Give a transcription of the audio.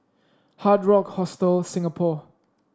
Hard Rock Hostel Singapore